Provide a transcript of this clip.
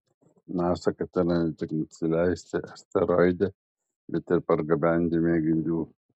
nasa ketina ne tik nusileisti asteroide bet ir pargabenti mėginių